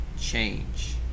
change